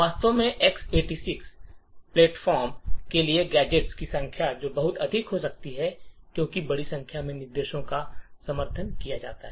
वास्तव में X86 प्लेटफार्मों के लिए गैजेट्स की संख्या जो बहुत अधिक हो सकती है क्योंकि बड़ी संख्या में निर्देशों का समर्थन किया जाता है